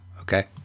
Okay